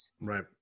Right